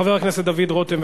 חבר הכנסת דוד רותם.